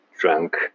drunk